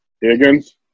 Higgins